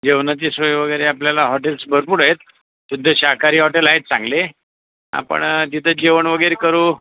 जेवणाची सोय वगैरे आपल्याला हॉटेल्स भरपूर आहेत शुद्ध शाकाहारी हॉटेल आहेत चांगली आपण जिथेच जेवण वगैरे करू